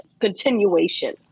continuation